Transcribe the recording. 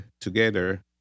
together